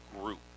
Group